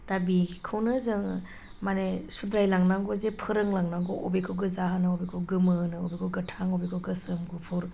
दा बेखौनो जों माने सुद्रायलांनांगौ जे फोरोंलांनांगौ अबेखौ गोजा होनो अबेखौ गोमो होनो अबेखौ गोथां अबेखौ गोसोम गुफुर